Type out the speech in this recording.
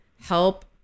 help